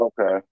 Okay